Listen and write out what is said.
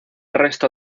resto